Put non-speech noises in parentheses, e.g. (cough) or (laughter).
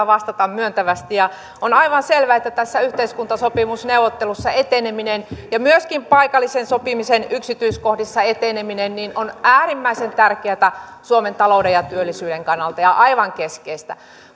(unintelligible) vastata myöntävästi on aivan selvää että näissä yhteiskuntasopimusneuvotteluissa eteneminen ja myöskin paikallisen sopimisen yksityiskohdissa eteneminen on äärimmäisen tärkeätä suomen talouden ja työllisyyden kannalta ja aivan keskeistä